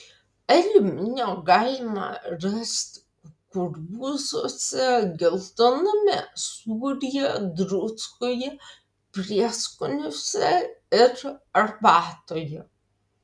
aliuminio galima rasti kukurūzuose geltoname sūryje druskoje prieskoniuose ir arbatoje